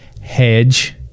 hedge